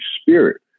Spirit